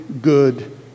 good